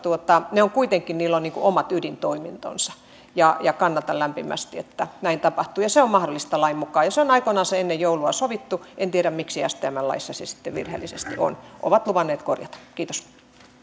kuitenkin niillä on omat ydintoimintonsa kannatan lämpimästi että näin tapahtuu ja se on mahdollista lain mukaan ja se on aikoinansa ennen joulua sovittu en tiedä miksi stmn laissa se sitten virheellisesti on ovat luvanneet korjata kiitos